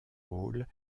rôle